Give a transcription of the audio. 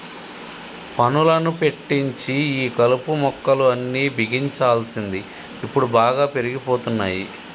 పనులను పెట్టించి ఈ కలుపు మొక్కలు అన్ని బిగించాల్సింది ఇప్పుడు బాగా పెరిగిపోతున్నాయి